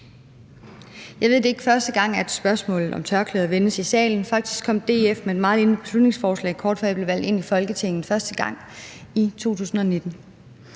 Jeg ved, at det ikke er første gang, spørgsmålet om tørklæder vendes i salen. Faktisk kom DF med et lignende beslutningsforslag, kort før jeg blev valgt ind i Folketinget i 2019.